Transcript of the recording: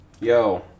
Yo